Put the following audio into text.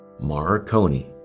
Marconi